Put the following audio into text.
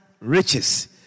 riches